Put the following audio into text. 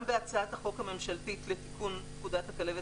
גם בהצעת החוק הממשלתית לתיקון פקודת הכלבת